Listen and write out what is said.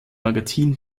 magazin